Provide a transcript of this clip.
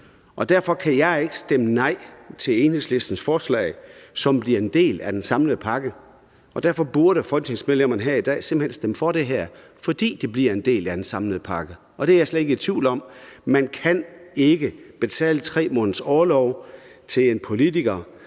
Derfor kan jeg ikke stemme nej til Enhedslistens forslag, som bliver en del af den samlede pakke, og derfor burde folketingsmedlemmerne her i dag simpelt hen stemme for det her. For det bliver en del af den samlede pakke, og det er jeg slet ikke i tvivl om. Man kan ikke betale 3 måneders orlov til en politiker,